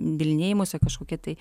bylinėjimosi kažkokia tai